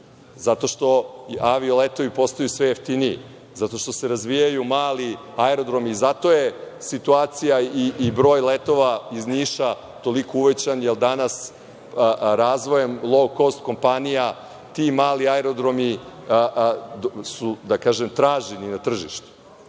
zato što avioletovi postaju sve jeftiniji. Zato što se razvijaju mali aerodromi i zato je situacija i broj letova iz Niša toliko uvećan, jer danas razvojem lou kost kompanija ti mali aerodromi su, da kažem, traženi na tržištu.